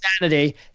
insanity